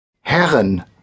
Herren